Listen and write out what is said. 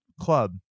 club